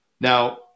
Now